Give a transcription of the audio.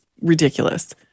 ridiculous